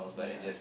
ya